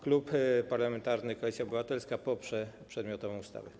Klub Parlamentarny Koalicja Obywatelska poprze przedmiotową ustawę.